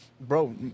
Bro